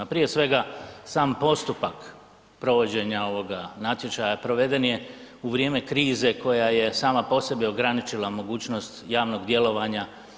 Prije svega, sam postupak provođenja ovoga natječaja, proveden je u vrijeme krize koja je sama po sebi ograničila mogućnost javnog djelovanja.